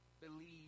believe